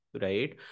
right